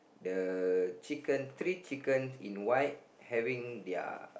the chicken three chicken in white having their